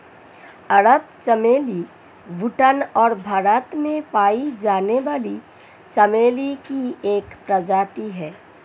अरब चमेली भूटान और भारत में पाई जाने वाली चमेली की एक प्रजाति है